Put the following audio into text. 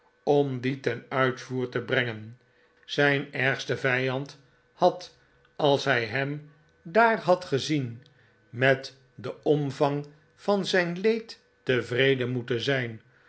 om die ten uitvoer te brengen zijn ergste vijand had als hij hem daar had geeen tocht door den regen zien met den omvang van zijn leed tevreden moeten zijn